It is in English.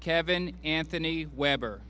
kevin anthony webber